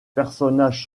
personnages